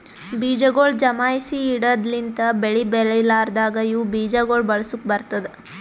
ಬೀಜಗೊಳ್ ಜಮಾಯಿಸಿ ಇಡದ್ ಲಿಂತ್ ಬೆಳಿ ಬೆಳಿಲಾರ್ದಾಗ ಇವು ಬೀಜ ಗೊಳ್ ಬಳಸುಕ್ ಬರ್ತ್ತುದ